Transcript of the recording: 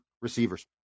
receivers